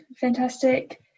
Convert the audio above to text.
fantastic